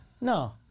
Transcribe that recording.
No